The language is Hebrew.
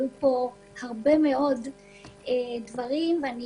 עלו פה הרבה מאוד דברים, ואני